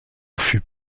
fut